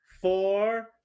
four